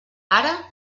ara